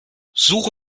suche